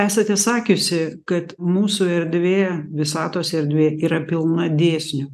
esate sakiusi kad mūsų erdvė visatos erdvė yra pilna dėsnių